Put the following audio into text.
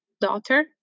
daughter